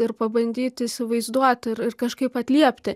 ir pabandyt įsivaizduot ir ir kažkaip atliepti